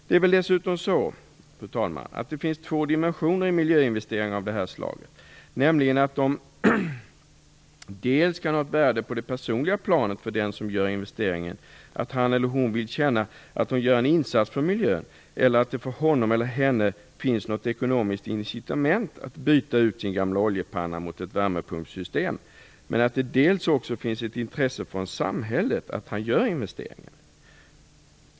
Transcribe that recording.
Det är väl dessutom så, fru talman, att det finns två dimensioner i miljöinvesteringar av det här slaget, nämligen att de kan ha ett värde på det personliga planet för den som gör investeringen - att han eller hon vill känna att han eller hon gör en insats för miljön eller att det för honom eller henne finns något ekonomiskt incitament att byta ut sin gamla oljepanna mot ett värmepumpssystem - men att det också finns ett intresse från samhället att han eller hon gör investeringen.